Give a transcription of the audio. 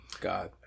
God